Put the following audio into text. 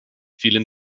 vielen